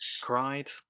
cried